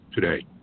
Today